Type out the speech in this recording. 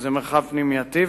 שזה מרחב פנימייתי,